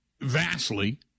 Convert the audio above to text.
Vastly